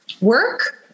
work